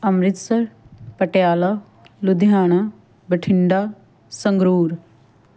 Amritsar Patiala Ludhiana Bathinda Sangrur